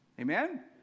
Amen